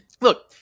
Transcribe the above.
look